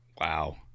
Wow